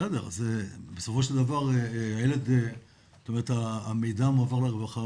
בסדר, בסופו של דבר המידע מועבר לרווחה.